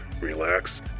relax